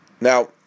Now